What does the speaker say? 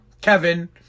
Kevin